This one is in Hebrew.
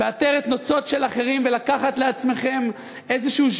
בעטרת נוצות של אחרים ולקחת לעצמכם איזשהו